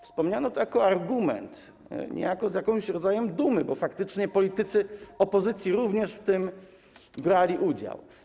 Wspomniano to jako argument, niejako z jakimś rodzajem dumy, bo faktycznie politycy opozycji również brali w tym udział.